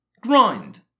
grind